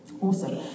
Awesome